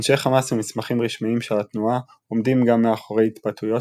אנשי חמאס ומסמכים רשמיים של התנועה עומדים גם מאחורי התבטאויות